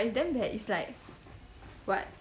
eh it's damn bad it's like [what]